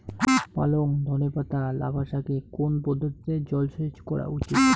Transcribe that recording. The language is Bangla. পালং ধনে পাতা লাফা শাকে কোন পদ্ধতিতে জল সেচ করা উচিৎ?